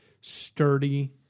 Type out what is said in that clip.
sturdy